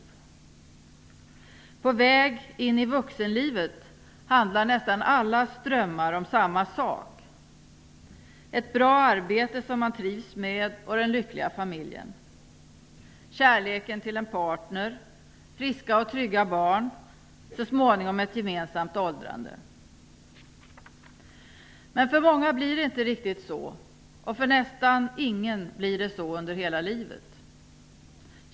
De som är på väg in i vuxenlivet drömmer nästan alla om samma sak; ett bra arbete som man trivs med och den lyckliga familjen, kärleken till en partner, friska och trygga barn, så småningom ett gemensamt åldrande. Men för många blir det inte riktigt så, och för nästan ingen blir det så under hela livet.